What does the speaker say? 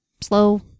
slow